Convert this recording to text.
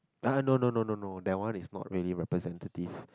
!huh! no no no no no that one is not really representative